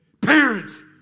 Parents